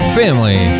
family